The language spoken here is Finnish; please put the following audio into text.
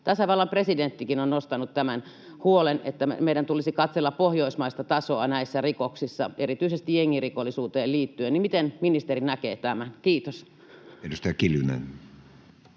Tasavallan presidenttikin on nostanut tämän huolen, että meidän tulisi katsella pohjoismaista tasoa näissä rikoksissa erityisesti jengirikollisuuteen liittyen. Miten ministeri näkee tämän? — Kiitos.